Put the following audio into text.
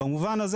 במובן הזה,